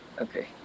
Okay